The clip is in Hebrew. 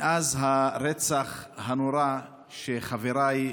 מאז הרצח הנורא, שחבריי,